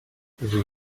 vous